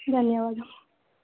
ధన్యవాదం